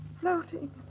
floating